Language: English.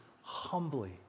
humbly